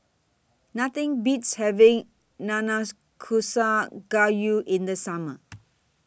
Nothing Beats having Nanakusa Gayu in The Summer